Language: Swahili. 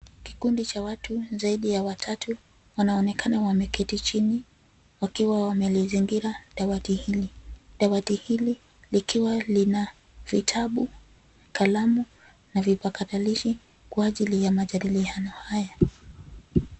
Kikundi cha watu zaidi ya watatu wanaonekana wameketi chini, wakiwa wamelizingira dawati hili. Dawati hili likiwa lina vitabu, kalamu na vipakatalishi kwajili ya majadiliano haya.